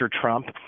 Trump